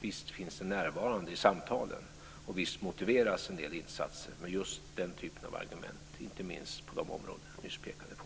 visst finns det närvarande i samtalen, och visst motiveras en del insatser med just den typen av argument, inte minst på de områden som jag nyss pekade på.